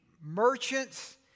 merchants